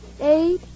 eight